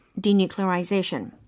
denuclearization